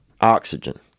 oxygen